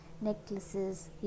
necklaces